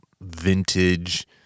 vintage